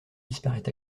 disparaît